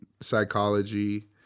psychology